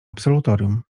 absolutorium